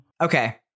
Okay